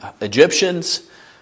Egyptians